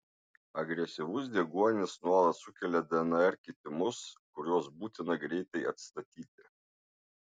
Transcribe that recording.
agresyvus deguonis nuolat sukelia dnr kitimus kuriuos būtina greitai atstatyti